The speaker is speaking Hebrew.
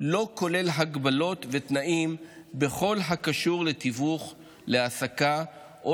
לא כולל הגבלות ותנאים בכל הקשור לתיווך להעסקה או